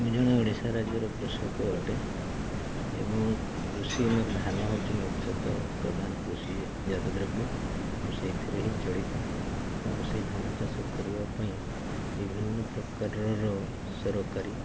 ମୁଁ ଜଣେ ଓଡ଼ିଶା ରାଜ୍ୟର କୃଷକ ଅଟେ ଏବଂ କୃଷି ମୋର ଧାନ ହେଉଛି ମୁଖ୍ୟତଃ ପ୍ରଧାନ କୃଷି ଜାତ ଦ୍ରବ୍ୟ ମୁଁ ସେଇଥିରେ ହିଁ ଚଳିଥାଏ ଏବଂ ସେଇ ଧାନ ଚାଷ କରିବା ପାଇଁ ବିଭିନ୍ନ ପ୍ରକାରର ସରକାରୀ